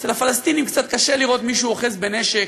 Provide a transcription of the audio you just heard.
אצל הפלסטינים קצת קשה לראות מישהו אוחז בנשק,